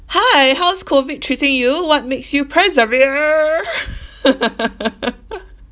hi how's COVID treating you what makes you persevere